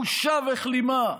בושה וכלימה.